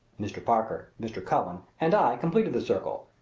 mr. parker, mr. cullen, and i completed the circle,